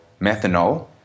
methanol